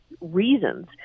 reasons